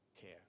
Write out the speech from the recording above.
care